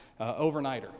overnighter